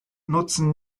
nutzen